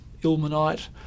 ilmenite